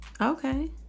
Okay